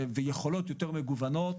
ויכולות יותר מגוונות.